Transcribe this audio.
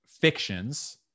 fictions